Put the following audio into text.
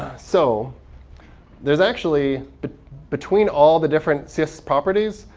so there's actually but between all the different css properties,